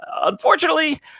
unfortunately